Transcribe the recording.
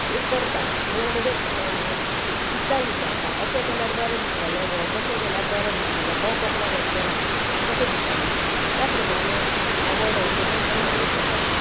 एक करतां नाजाल्यार म्हज्या इश्टाक विचारता अशें केल्यार बरें दिसतलें गो तशें केल्यार बरें दिसतलो हो कपडो घेतल्यार हा कशें दिसतलें त्या प्रमाणे आवड हे करून हांव मागीर तें करतां